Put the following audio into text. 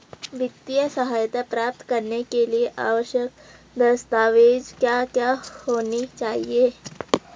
वित्तीय सहायता प्राप्त करने के लिए आवश्यक दस्तावेज क्या क्या होनी चाहिए?